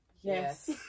Yes